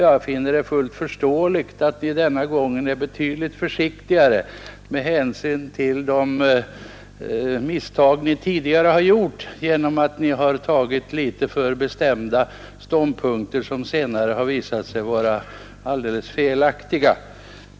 Jag finner det fullt förståeligt att ni denna gång är betydligt försiktigare med hänsyn till de misstag ni tidigare har gjort genom att ni har intagit litet för bestämda ståndpunkter, vilka senare visat sig vara alldeles felaktiga.